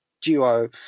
duo